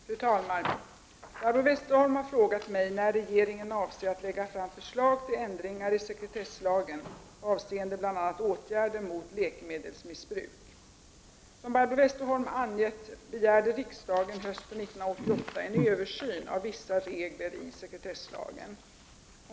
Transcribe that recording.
Fru talman! Barbro Westerholm har frågat mig när regeringen avser att lägga fram förslag till ändringar i sekretesslagen avseende bl.a. åtgärder mot läkemedelsmissbruk. Som Barbro Westerholm angett begärde riksdagen hösten 1988 en översyn av vissa regler i sekretesslagen.